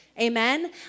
Amen